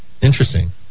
Interesting